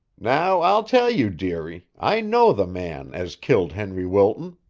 now i'll tell you, dearie, i know the man as killed henry wilton.